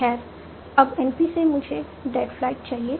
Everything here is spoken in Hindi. खैर अब NP से मुझे दैट फ्लाइट चाहिए